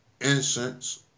incense